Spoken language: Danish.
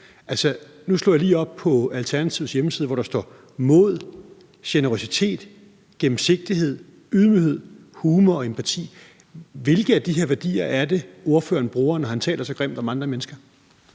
nu slog jeg lige op på Alternativets hjemmeside, hvor der står: »Mod, generøsitet, gennemsigtighed, ydmyghed, humor og empati«. Hvilke af de her værdier er det, ordføreren bruger, når han taler så grimt om andre mennesker?